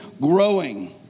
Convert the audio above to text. growing